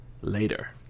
Later